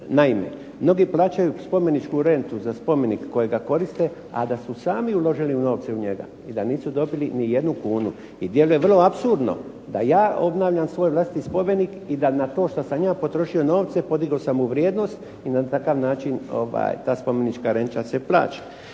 Naime, mnogi plaćaju spomeničku rentu za spomenik kojega koriste, a da su sami uložili novce u njega i da nisu dobili ni jednu kunu. I djeluje vrlo apsurdno da ja obnavljam svoj vlastiti spomenik i da na to što sam ja potrošio novce podigao sam mu vrijednost i na takav način ta spomenička renta se plaća.